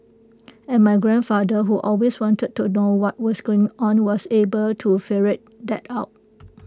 and my grandfather who always wanted to know what was going on was able to ferret that out